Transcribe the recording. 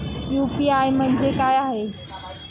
UPI म्हणजे काय?